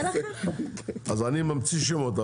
אז אני ממציא שמות.